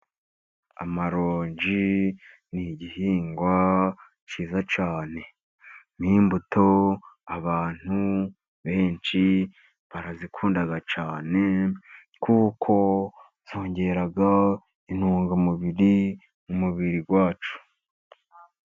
Amaronji ni igihingwa cyiza cyane. Ni imbuto abantu benshi barazikunda cyane kuko zongera intungamubiri mu mubiri wacu.